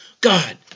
God